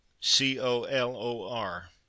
C-O-L-O-R